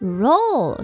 roll